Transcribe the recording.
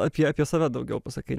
apie save daugiau pasakai